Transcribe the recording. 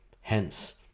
Hence